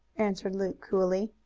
answered luke coolly.